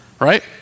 right